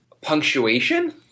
punctuation